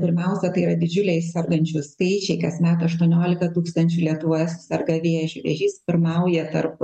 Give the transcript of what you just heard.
pirmiausia tai yra didžiuliai sergančių skaičiai kasmet aštuoniolika tūkstančių lietuvoje suserga vėžiu vėžys pirmauja tarp